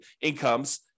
incomes